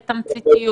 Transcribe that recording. גבירתי,